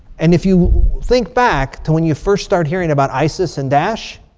and if you think back to when you first start hearing about isis and daesh.